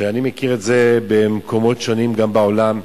ואני מכיר את זה במקומות שונים בעולם,